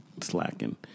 slacking